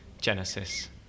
genesis